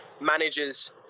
managers